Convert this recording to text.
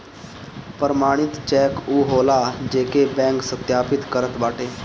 प्रमाणित चेक उ होला जेके बैंक सत्यापित करत बाटे